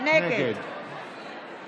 נגד